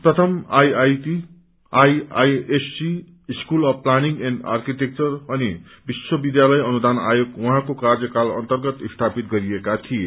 प्रामि IIT IISc school of planning and architecture अनि विश्वविध्यालय अनुदान आयोग उहाँको कार्यकाल अन्तगत स्थापित गरिएका थिए